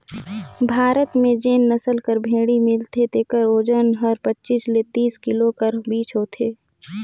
भारत में जेन नसल कर भेंड़ी मिलथे तेकर ओजन हर पचीस ले तीस किलो कर बीच होथे